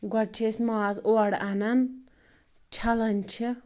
گۄڈٕ چھِ أسۍ ماز اورٕ اَنان چَھلان چھِ